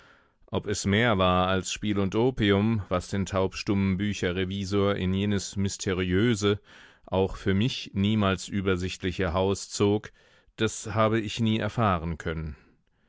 ob es mehr war als spiel und opium was den taubstummen bücherrevisor in jenes mysteriöse auch für mich niemals übersichtliche haus zog das habe ich nie erfahren können